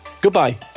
Goodbye